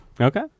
Okay